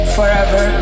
Forever